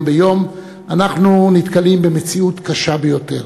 ביום אנחנו נתקלים במציאות קשה ביותר.